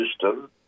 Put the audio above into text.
system